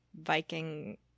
Viking